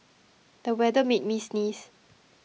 the weather made me sneeze